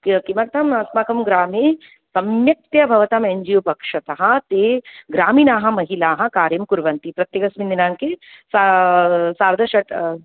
किमर्थम् अस्माकं ग्रामे सम्यक्तया भवतां एन् जि ओ पक्षतः ते ग्रामीणाः महिलाः कार्यं कुर्वन्ति प्रत्येकस्मिन् दिनाङ्के सा सार्धषट्